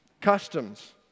Customs